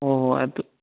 ꯍꯣꯏ ꯍꯣꯏ ꯑꯗꯨ